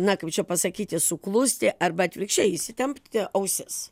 na kaip čia pasakyti suklusti arba atvirkščiai įsitempti ausis